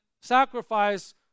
sacrifice